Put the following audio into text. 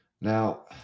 Now